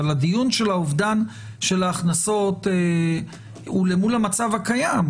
אבל הדיון של האובדן של ההכנסות הוא למול המצב הקיים.